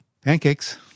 Pancakes